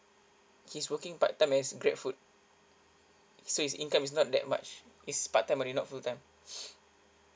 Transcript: he's working part time as grab food so his income is not that much it's part time only not full time